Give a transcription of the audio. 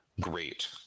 Great